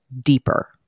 deeper